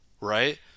right